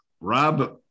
Rob